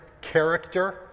character